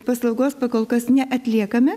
paslaugos kol kas neatliekame